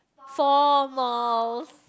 four malls